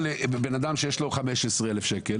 בן אדם שיש לו חוב בסך 15 אלף שקלים,